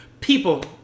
people